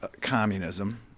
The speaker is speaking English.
communism